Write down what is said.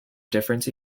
difference